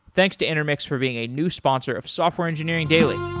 thanks to intermix for being a new sponsor of software engineering daily